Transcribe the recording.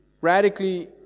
radically